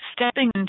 stepping